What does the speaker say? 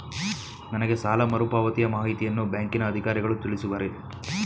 ನನಗೆ ಸಾಲ ಮರುಪಾವತಿಯ ಮಾಹಿತಿಯನ್ನು ಬ್ಯಾಂಕಿನ ಅಧಿಕಾರಿಗಳು ತಿಳಿಸುವರೇ?